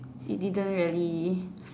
he didn't really